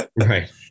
Right